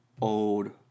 old